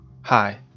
Hi